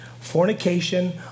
fornication